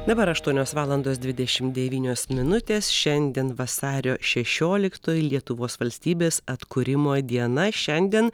dabar aštuonios valandos dvidešimt devynios minutės šiandien vasario šešioliktoji lietuvos valstybės atkūrimo diena šiandien